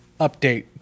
update